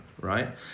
right